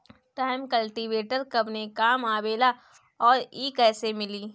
Tine cultivator कवने काम आवेला आउर इ कैसे मिली?